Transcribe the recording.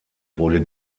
wurde